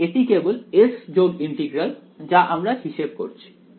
তাই এটি কেবল s যোগ ইন্টিগ্রাল যা আমরা হিসেব করছি